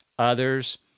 Others